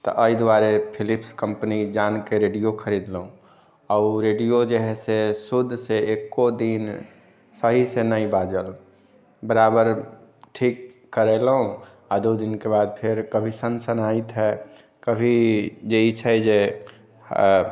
तऽ एहि दुआरे फिलिप्स कम्पनी जानिकऽ रेडियो खरिदलहुॅं आ ओ रेडियो जे है शुद्धसँ एक्को दिन सहीसँ नहि बाजल बराबर ठीक करेलहुॅं आ दू दिनके बाद फेर कभी सनसनाइत है कभी जे ई छै जे